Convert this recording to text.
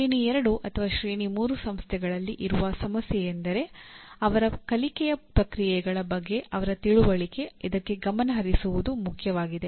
ಶ್ರೇಣಿ 2 ಅಥವಾ ಶ್ರೇಣಿ 3 ಸಂಸ್ಥೆಗಳಲ್ಲಿ ಇರುವ ಸಮಸ್ಯೆಯೆಂದರೆ ಅವರ ಕಲಿಕೆಯ ಪ್ರಕ್ರಿಯೆಗಳ ಬಗ್ಗೆ ಅವರ ತಿಳುವಳಿಕೆ ಇದಕ್ಕೆ ಗಮನಹರಿಸುವುದು ಮುಖ್ಯವಾಗಿದೆ